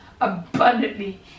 abundantly